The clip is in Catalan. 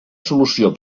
solució